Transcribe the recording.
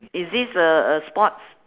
is this uh a sports